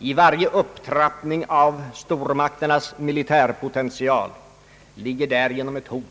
I varje upptrappning av stormakternas militärpotential ligger därigenom ett hot.